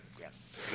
Yes